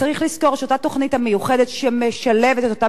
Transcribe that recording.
צריך לזכור שאותה תוכנית מיוחדת שמשלבת את אותם